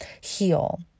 heal